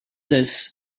this